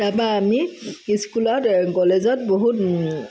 তাৰপা আমি স্কুলত কলেজত বহুত